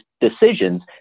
decisions